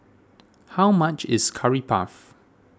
how much is Curry Puff